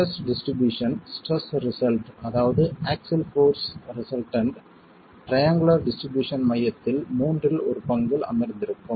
stress distribution stress result அதாவது axial force resultant triangular distribution மையத்தில் மூன்றில் ஒரு பங்கில் அமர்ந்திருக்கும்